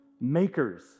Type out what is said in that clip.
makers